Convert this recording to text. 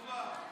בבקשה.